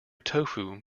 tofu